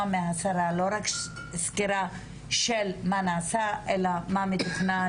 מהשרה לא רק סקירה של מה נעשה אלא מה מתוכנן,